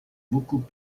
beaucoup